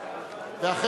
ואתה תקריא.